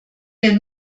den